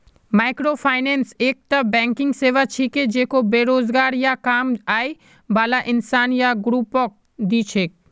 microfinance एकता banking सेवा छिके जेको बेरोजगार या कम आय बाला इंसान या ग्रुपक दी छेक